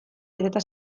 beteta